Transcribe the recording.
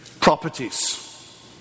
properties